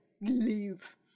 leave